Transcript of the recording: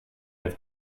have